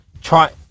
try